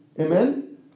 Amen